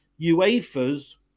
UEFA's